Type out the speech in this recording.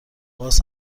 باز